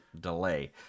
delay